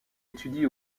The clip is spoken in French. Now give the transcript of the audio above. étudie